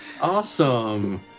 Awesome